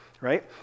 right